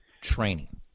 training